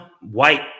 white